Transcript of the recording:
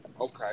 Okay